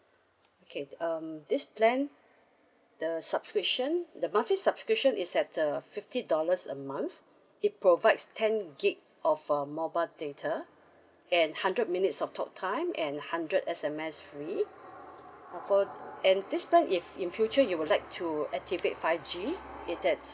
okay um this plan the subscription the monthly subscription is at uh fifty dollars a month it provides ten gig of uh mobile data and hundred minutes of talk time and hundred S_M_S free for and this plan if in future you would like to activate five G it that's